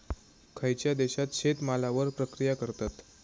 खयच्या देशात शेतमालावर प्रक्रिया करतत?